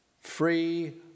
free